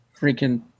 freaking